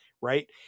Right